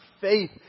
faith